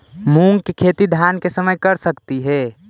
मुंग के खेती धान के समय कर सकती हे?